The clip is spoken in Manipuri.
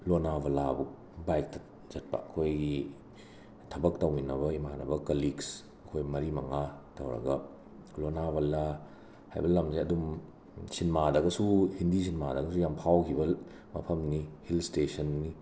ꯂꯣꯅꯥꯕꯂꯥꯕꯨꯛ ꯕꯥꯏꯛꯇ ꯆꯠꯄ ꯑꯩꯈꯣꯏꯒꯤ ꯊꯕꯛ ꯇꯧꯃꯤꯟꯅꯕ ꯏꯃꯥꯟꯅꯕ ꯀꯂꯤꯛꯁ ꯑꯩꯈꯣꯏ ꯃꯔꯤ ꯃꯉꯥ ꯇꯧꯔꯒ ꯂꯣꯅꯥꯋꯂꯥ ꯍꯥꯏꯕ ꯂꯝꯁꯦ ꯑꯗꯨꯝ ꯁꯤꯟꯃꯥꯗꯒꯁꯨ ꯍꯤꯟꯗꯤ ꯁꯤꯟꯃꯥꯗꯒꯁꯨ ꯌꯥꯝꯅ ꯐꯥꯎꯈꯤꯕ ꯃꯐꯝꯅꯤ ꯍꯤꯜ ꯁ꯭ꯇꯦꯁꯟꯅꯤ